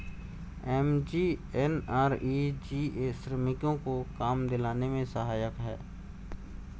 MGNREGA श्रमिकों को काम दिलाने में सहायक है